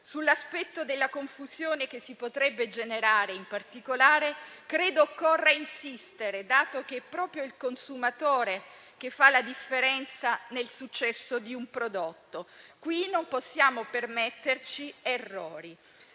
sull'aspetto della confusione che si potrebbe generare, dato che è proprio il consumatore che fa la differenza nel successo di un prodotto. Qui non possiamo permetterci errori.